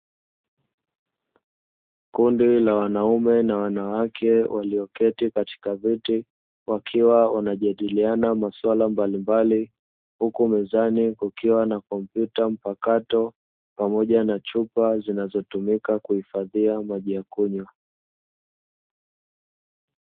Kundi la wanaume na wanawake walioketi katika viti, wakiwa wanajadiliana maswala mbalimbali, huku mezani kukiwa na kompyuta mpakato, pamoja na chupa zinazotumika kuhifadhia maji ya kunywa.